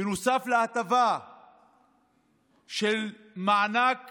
נוסף על ההטבה של מענק